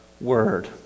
word